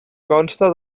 consta